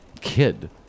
kid